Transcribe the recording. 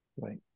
right